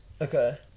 Okay